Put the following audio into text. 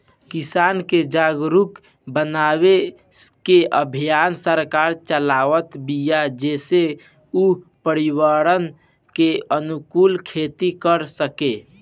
किसान के जागरुक बनावे के अभियान सरकार चलावत बिया जेसे उ पर्यावरण के अनुकूल खेती कर सकें